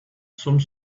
some